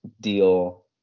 deal